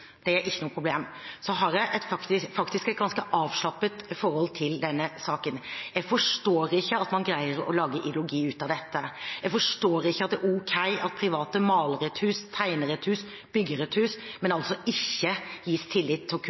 Det er ikke noe problem. Så har jeg faktisk et ganske avslappet forhold til denne saken. Jeg forstår ikke at man greier å lage ideologi ut av dette. Jeg forstår ikke at det er ok at private maler et hus, tegner et hus, bygger et hus, men altså ikke gis tillit til